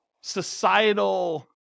societal